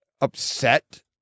upset